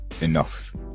enough